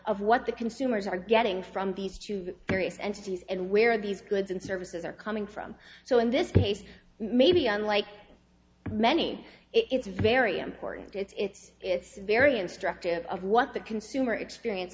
of what the consumers are getting from these to the various entities and where these goods and services are coming from so in this case maybe unlike many it's very important it's it's very instructive of what the consumer experience